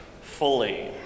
fully